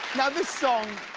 now this song,